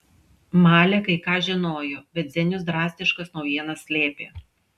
malė kai ką žinojo bet zenius drastiškas naujienas slėpė